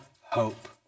hope